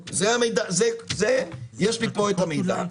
יש לי פה את המידע.